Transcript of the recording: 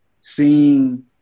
seeing